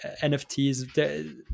NFTs